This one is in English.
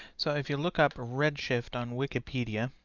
so if you look up redshift on wikipedia,